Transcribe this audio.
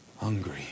Hungry